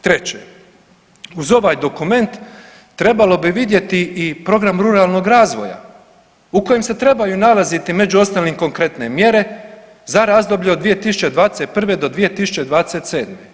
Treće uz ovaj dokument trebalo bi vidjeti i program ruralnog razvoja u kojem se trebaju nalaziti među ostalim konkretne mjere za razdoblje od 2021. do 2027.